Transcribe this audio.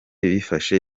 bifashe